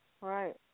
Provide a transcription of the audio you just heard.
Right